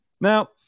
Now